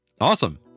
Awesome